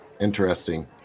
Interesting